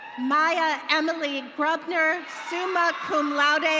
maya emily and bruckner, summa cum laude,